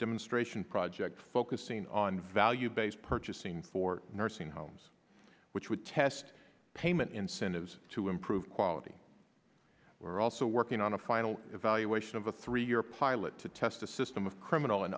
demonstration project focusing on value based purchasing for nursing homes which would test payment incentives to improve quality we're also working on a final evaluation of a three year pilot to test a system of criminal and